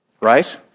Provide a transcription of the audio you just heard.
Right